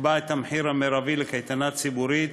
יקבע את המחיר המרבי לקייטנה ציבורית,